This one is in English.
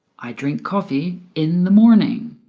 i drink coffee in the morning